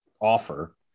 offer